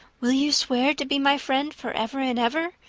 will you swear to be my friend forever and ever?